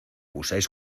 usáis